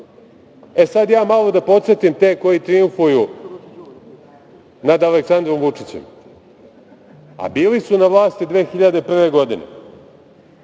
zakona. Sada malo da podsetim te koji trijumfuju nad Aleksandrom Vučićem, a bili su na vlasti 2001. godine,